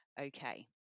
Okay